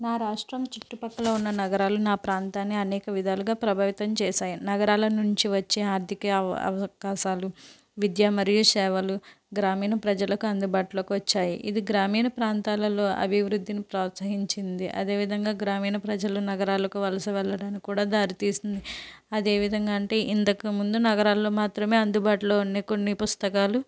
నా రాష్ట్రం చుట్టూ పక్కల ఉన్న నగరాలు నా ప్రాంతాన్ని అనేక విధాలుగా ప్రభావితం చేసాయి నగరాల నుంచి వచ్చే ఆర్ధిక అవ అవకాశాలు విద్య మరియు షేవలు గ్రామీణ ప్రజలకు అందుబాటులోకి వచ్చాయి ఇది గ్రామీణ ప్రాంతాలలో అభివృద్ధిని ప్రోత్సాహించింది అదే విధంగా గ్రామీణ ప్రజలు నగరాలకు వలస వెళ్ళడానికి కూడా దారి తీస్తుంది అది ఏ విధంగా అంటే ఇంతకు ముందు నగరాల్లో మాత్రమే అందుబాటులో ఉండే కొన్ని పుస్తకాలు